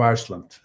Iceland